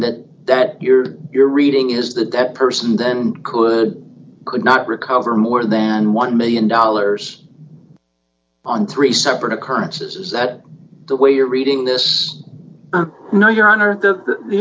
that that your your reading is the debt person then could could not recover more than one million dollars on three separate occurrences is that the way you're reading this now your honor the